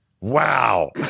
wow